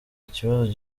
ikibazo